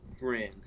friend